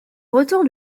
retour